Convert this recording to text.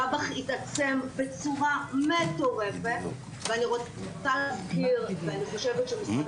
דבח התעצם בצורה מטורפת ואני חושבת שמשרד